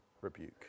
rebuke